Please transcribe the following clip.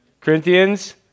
Corinthians